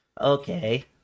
Okay